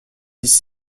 dix